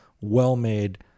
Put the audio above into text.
well-made